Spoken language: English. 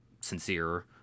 sincere